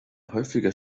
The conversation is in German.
häufiger